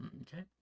Okay